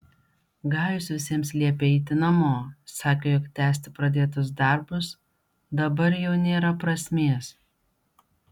gajus visiems liepė eiti namo sakė jog tęsti pradėtus darbus dabar jau nėra prasmės